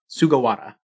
Sugawara